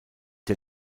der